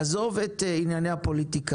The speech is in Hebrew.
עזוב את ענייני הפוליטיקה.